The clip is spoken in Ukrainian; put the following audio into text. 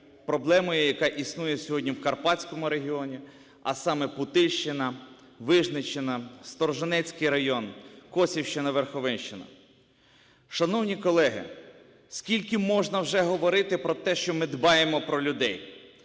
проблемою, яка існує сьогодні в Карпатському регіоні, а саме Путильщина, Вижниччина, Сторожинецький район, Косівщина, Верховинщина. Шановні колеги, скільки можна вже говорити про те, що ми дбаємо про людей?